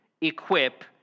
equip